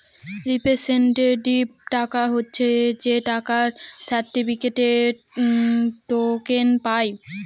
representative টাকা হচ্ছে যে টাকার সার্টিফিকেটে, টোকেন পায়